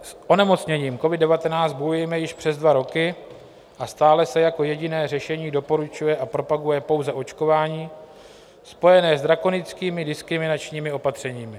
S onemocněním covid19 bojujeme již přes dva roky a stále se jako jediné řešení doporučuje a propaguje pouze očkování, spojené s drakonickými diskriminačními opatřeními.